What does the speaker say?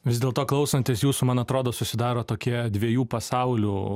vis dėlto klausantis jūsų man atrodo susidaro tokie dviejų pasaulių